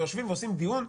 ויושבים ועושים דיון,